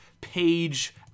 page